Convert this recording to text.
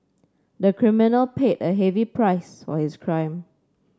the criminal paid a heavy price for his crime